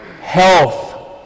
health